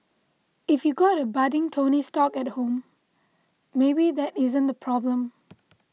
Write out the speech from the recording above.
if you got a budding Tony Stark at home though maybe that isn't a problem